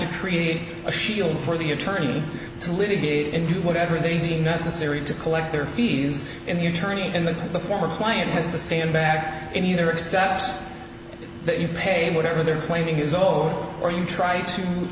to create a shield for the attorney to litigate and do whatever they deem necessary to collect their fees and the attorney in the former client has to stand back and either accept that you paid whatever they're claiming his oath or you try to